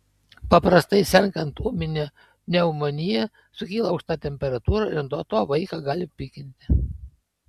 paprastai sergant ūmine pneumonija sukyla aukšta temperatūra ir nuo to vaiką gali pykinti